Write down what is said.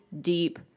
deep